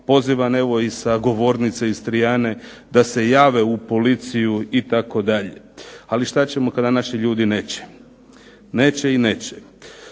Pozivam evo i sa govornice Istrijane da se jave u policiju itd. Ali šta ćemo kada naši ljudi neće, neće i neće.